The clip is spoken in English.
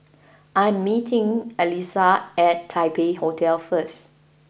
I am meeting Allyssa at Taipei Hotel first